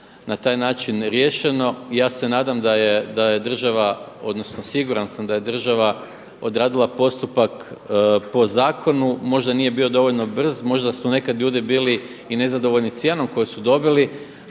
na taj način riješeno. I ja se nadam da je država odnosno siguran sam da je država odradila postupak po zakonu, možda nije bio dovoljno brz, možda su nekada ljudi bili i nezadovoljni cijenom koju su dobili,